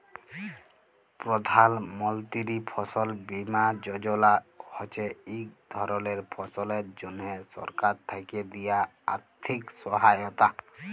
প্রধাল মলতিরি ফসল বীমা যজলা হছে ইক ধরলের ফসলের জ্যনহে সরকার থ্যাকে দিয়া আথ্থিক সহায়তা